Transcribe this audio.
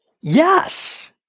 Yes